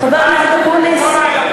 חבר הכנסת אקוניס,